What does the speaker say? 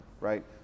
Right